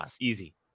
Easy